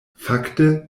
fakte